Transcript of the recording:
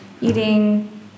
eating